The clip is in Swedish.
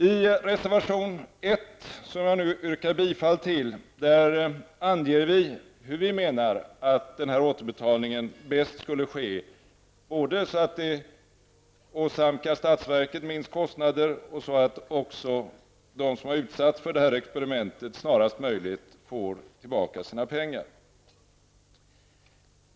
I reservation 1, som jag nu yrkar bifall till, anger vi hur vi menar att denna återbetalning bäst skall ske så att det både åsamkar statsverket minst kostnader och även så att de som utsatts för detta experiment snarast möjligt får tillbaka sina pengar.